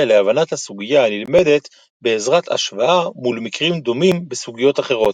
להבנת הסוגיה הנלמדת בעזרת השוואה מול מקרים דומים בסוגיות אחרות.